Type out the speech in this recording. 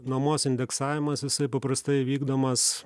nuomos indeksavimas isai paprastai vykdomas